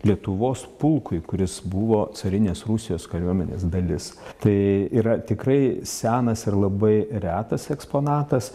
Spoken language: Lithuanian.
lietuvos pulkui kuris buvo carinės rusijos kariuomenės dalis tai yra tikrai senas ir labai retas eksponatas